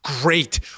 Great